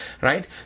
right